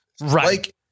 Right